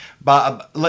Bob